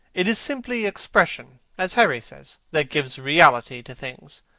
it is simply expression, as harry says, that gives reality to things.